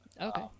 Okay